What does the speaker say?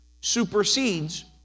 supersedes